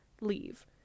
leave